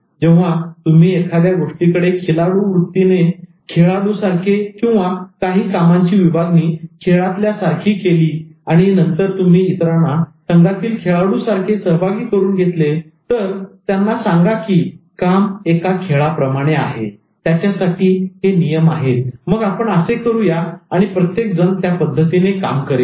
जेव्हा तुम्ही एखाद्या गोष्टीकडे खेळाडू सारखे खिलाडूवृत्तीने किंवा काही कामांची विभागणी खेळातल्या सारखी केली आणि नंतर तुम्ही इतरांना संघातील खेळाडू सारखे सहभागी करून घेतले आणि त्यांना सांगा की काम एका खेळाप्रमाणे आहे त्याच्यासाठी हे नियम आहेत मग आपण असे करू या आणि प्रत्येक जण त्या पद्धतीने करेल